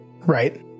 Right